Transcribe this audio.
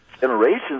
generations